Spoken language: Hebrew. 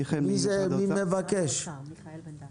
מיכאל ממשרד האוצר.